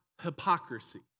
hypocrisy